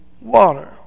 water